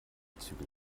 zügel